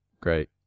great